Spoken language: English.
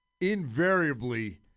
invariably